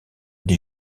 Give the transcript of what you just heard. des